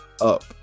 Up